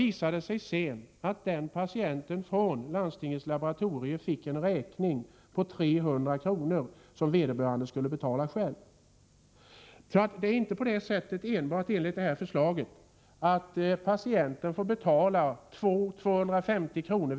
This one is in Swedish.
Patienten fick sedan från landstingets laboratorium en räkning på 300 kr., som vederbörande själv skulle betala. Enligt det här förslaget är det inte bara så att patienten får betala 200 å 250 kr.